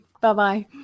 Bye-bye